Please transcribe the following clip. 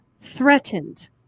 threatened